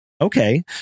Okay